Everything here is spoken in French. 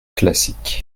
classique